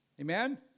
Amen